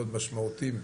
מאוד משמעותיים,